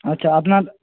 আচ্ছা আপনার